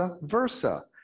versa